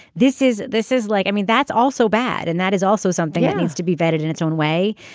this is this is like i mean that's also bad. and that is also something that needs to be vetted in its own way.